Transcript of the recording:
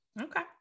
okay